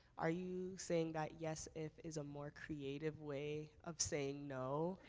are you saying that yes if is a more creative way of saying no?